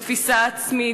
בתפיסה העצמית.